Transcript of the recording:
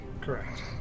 Correct